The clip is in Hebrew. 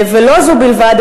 ולא זו בלבד,